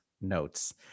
notes